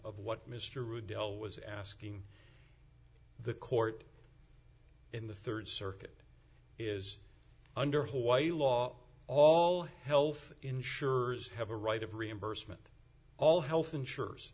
of what mr rubio was asking the court in the rd circuit is under hawaii law all health insurers have a right of reimbursement all health insur